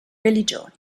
religioni